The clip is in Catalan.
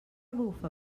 bufa